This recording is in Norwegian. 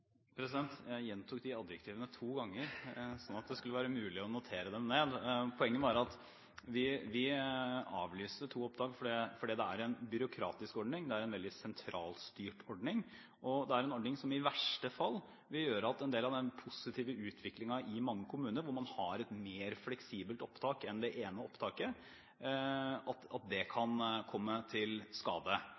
Jeg gjentok de adjektivene to ganger, sånn at det skulle være mulig å notere dem ned. Poenget var at vi avlyste to opptak fordi det er en byråkratisk ordning, det er en veldig sentralstyrt ordning, og det er en ordning som i verste fall vil gjøre at en del av den positive utviklingen i mange kommuner, hvor man har et mer fleksibelt opptak enn det ene opptaket, kan komme til skade. Det som står i regjeringsplattformen, som vi forholder oss til,